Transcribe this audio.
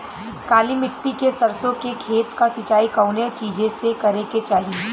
काली मिट्टी के सरसों के खेत क सिंचाई कवने चीज़से करेके चाही?